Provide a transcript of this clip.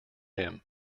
him